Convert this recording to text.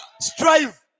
strive